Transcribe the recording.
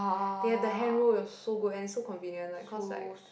they have the handroll it was so good and so convenient like cause like